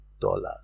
dollars